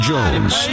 Jones